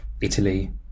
Italy